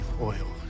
oil